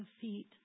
feet